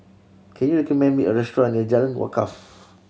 can you recommend me a restaurant near Jalan Wakaff